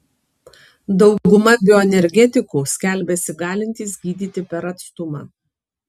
dauguma bioenergetikų skelbiasi galintys gydyti per atstumą